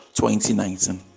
2019